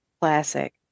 Classic